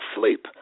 Sleep